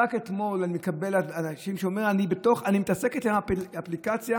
רק אתמול אני מקבל אנשים שאומרים: אני מתעסקת עם האפליקציה